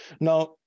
Now